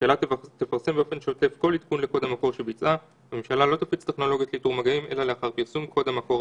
ככל שבא אתם במגע ב-14 הימים שקדמו לאבחונו".